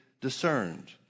discerned